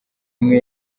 imwe